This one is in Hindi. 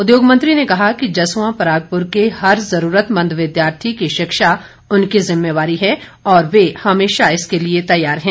उद्योग मंत्री ने कहा कि जसवां परागपुर के हर ज़रूरतमंद विद्यार्थी की शिक्षा उनकी जिम्मेवारी है और वह हमेशा इसके लिए तैयार हैं